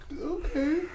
Okay